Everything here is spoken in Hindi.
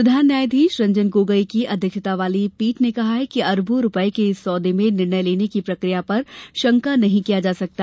प्रधान न्यायधीश रंजन गोगाई की अध्यक्षता वाली पीठ ने कहा कि अरबों रूपये के इस सौदे में निर्णय लेने की प्रक्रिया पर आशंका नहीं की जा सकती